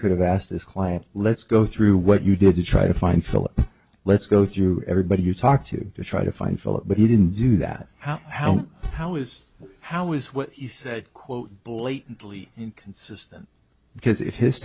could have asked this client let's go through what you did to try to find philip let's go through everybody you talk to to try to find philip but he didn't do that how how how is how is what he said quote blatantly inconsistent because